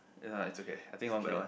it's alright it's okay I think one by one